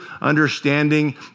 understanding